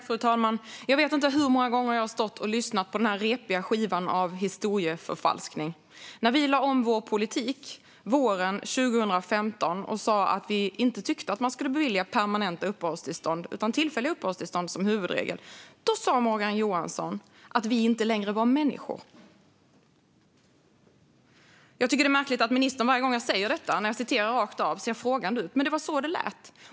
Fru talman! Jag vet inte hur många gånger jag har stått och lyssnat på denna repiga skiva av historieförfalskning. När vi lade om vår politik våren 2015 och sa att vi inte tyckte att man skulle bevilja permanenta uppehållstillstånd utan tillfälliga uppehållstillstånd som huvudregel sa Morgan Johansson att vi inte längre var människor. Jag tycker att det är märkligt att ministern varje gång jag säger detta, när jag citerar det rakt av, ser frågande ut. Men det var så det lät.